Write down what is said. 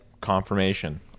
confirmation